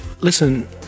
listen